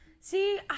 See